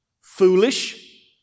foolish